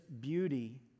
beauty